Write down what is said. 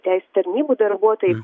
teisių tarnybų darbuotojai